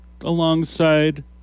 alongside